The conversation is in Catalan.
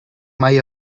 mai